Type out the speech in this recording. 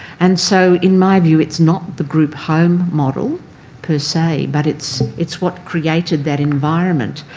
and so in my view, it's not the group home model per se, but it's it's what created that environment.